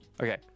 Okay